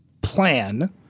plan